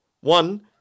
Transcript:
One